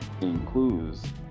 includes